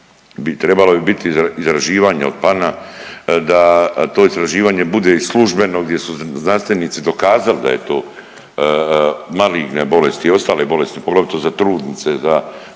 trebala bi biti istraživanje od …/Govornik se ne razumije/…da to istraživanje bude i službeno gdje su znanstvenici dokazali da je to maligne bolesti i ostale bolesti, poglavito za trudnice, za,